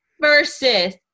versus